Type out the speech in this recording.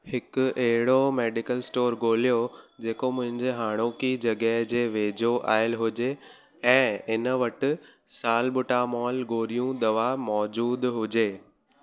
हिकु अहिड़ो medical store ॻोल्हियो जेको मुंहिंजी हाणोकी जॻहि जे वेझो आयलु हुजे ऐं इन वटि सालबुटामॉल गोरियूं दवा मौजूदु हुजे